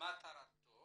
מטרתו